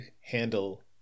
handle